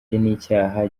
n’icyaha